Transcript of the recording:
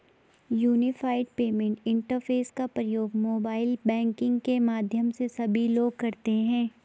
unified payment interface का प्रयोग mobile banking के माध्यम से सभी लोग करते हैं